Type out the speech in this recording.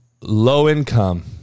low-income